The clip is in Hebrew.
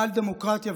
אבל דמוקרטיה,